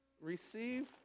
receive